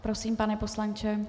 Prosím, pane poslanče.